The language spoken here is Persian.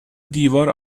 دیوار